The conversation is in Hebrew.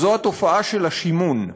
וזו התופעה של השימון.